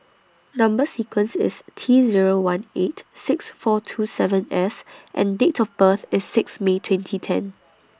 Number sequence IS T Zero one eight six four two seven S and Date of birth IS six May twenty ten